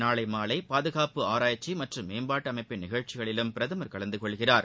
நாளை மாலை பாதுகாப்பு ஆராய்ச்சி மற்றம் மேம்பாட்டு அமைப்பிள் நிகழ்ச்சிகளிலும் பிரதமர் கலந்துகொள்கிறார்